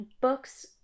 books